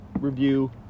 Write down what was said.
review